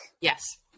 Yes